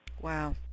Wow